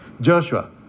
Joshua